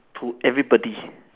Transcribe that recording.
to everybody